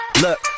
Look